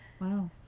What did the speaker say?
Wow